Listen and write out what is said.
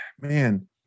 man